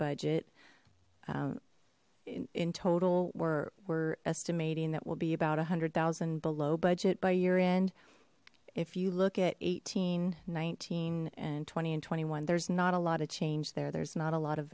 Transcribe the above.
budget in total were we're estimating that will be about a hundred thousand below budget by your end if you look at eighteen nineteen and twenty and twenty one there's not a lot of change there there's not a lot of